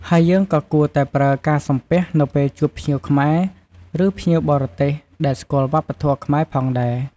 ហើយយើងក៏គួរតែប្រើការសំពះនៅពេលជួបភ្ញៀវខ្មែរ ឬភ្ញៀវបរទេសដែលស្គាល់វប្បធម៌ខ្មែរផងដែរ។